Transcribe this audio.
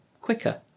quicker